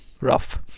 rough